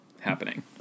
happening